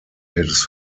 his